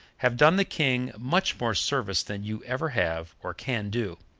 have done the king much more service than you ever have or can do.